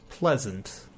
Pleasant